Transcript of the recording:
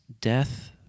death